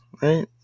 Right